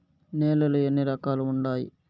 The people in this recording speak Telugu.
నేలలు ఎన్ని రకాలు వుండాయి?